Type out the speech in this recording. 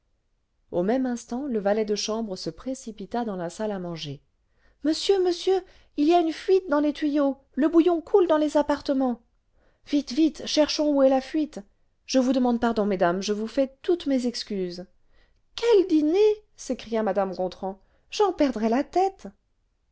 au même instant le valet de chambre se précipita dans la salle à manger monsieur monsieur il y a une fuite dans les tuyaux le bouillon coule dans les appartements vite vite cherchons où est la fuite je vous demande pardon mesdames je vous fais toutes mes excuses quel dîner s'écria mrao gontran j'en perdrai la tête